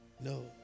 No